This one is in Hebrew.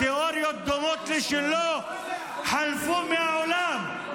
תיאוריות דומות לשלו חלפו מהעולם,